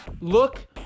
Look